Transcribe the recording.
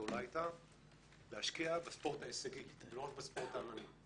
הגדולה להשקיע בספורט ההישגי ולא רק בספורט העממי.